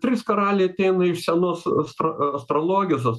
trys karaliai ateina iš senos astro astrologijos